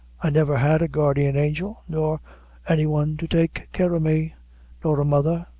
i never had a guardian angel, nor any one to take care o' me nor a mother,